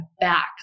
back